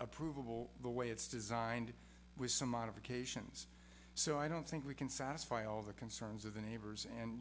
approved the way it's designed with some modifications so i don't think we can satisfy all the concerns of the neighbors